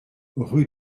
rue